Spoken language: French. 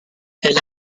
elle